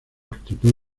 actitud